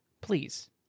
please